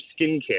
skincare